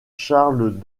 charles